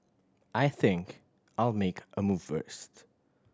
I think I'll make a move first